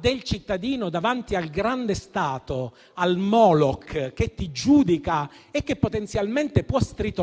del cittadino davanti al grande Stato, al Moloch che giudica e che potenzialmente può stritolare,